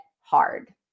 hard